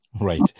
Right